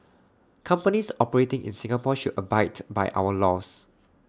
companies operating in Singapore should abide by our laws